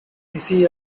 easy